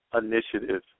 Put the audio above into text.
Initiative